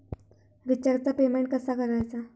रिचार्जचा पेमेंट कसा करायचा?